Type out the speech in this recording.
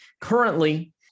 currently